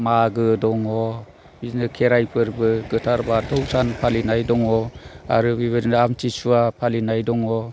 मागो दङ बिदिनो खेराइ फोरबो गोथार बाथौ सान फालिनाय दङ आरो बेबायदिनो आमथिसुवा फालिनाय दङ